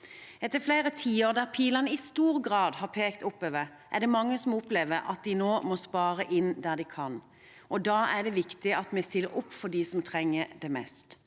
Etter flere tiår der pilene i stor grad har pekt oppover, er det mange som opplever at de nå må spare inn der de kan, og da er det viktig at vi stiller opp for dem som trenger det mest.